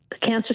cancer